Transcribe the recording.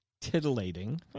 titillating